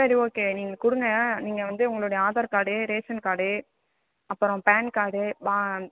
சரி ஓகே நீங்கள் கொடுங்க நீங்கள் வந்து உங்களுடைய ஆதார் கார்டு ரேஷன் கார்டு அப்புறம் பான் கார்டு